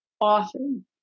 often